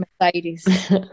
Mercedes